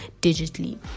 digitally